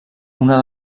una